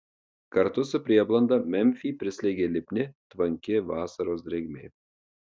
kartu su prieblanda memfį prislėgė lipni tvanki vasaros drėgmė